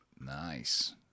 Nice